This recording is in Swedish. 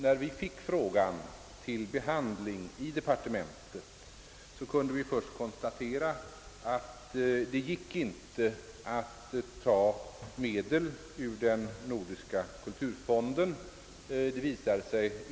När vi fick frågan till behandling i departementet, kunde vi konstatera att det inte gick att ta medel ur den nordiska kulturfonden.